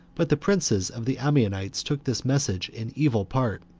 but the princes of the ammonites took this message in evil part,